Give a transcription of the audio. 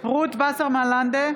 רות וסרמן לנדה,